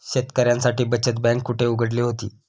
शेतकऱ्यांसाठी बचत बँक कुठे उघडली होती?